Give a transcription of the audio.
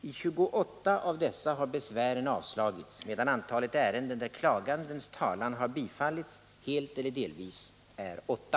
I 28 av dessa har besvären avslagits, medan antalet ärenden där klagandens talan har bifallits helt eller delvis är 8.